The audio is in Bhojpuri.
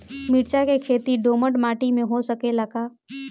मिर्चा के खेती दोमट माटी में हो सकेला का?